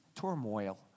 turmoil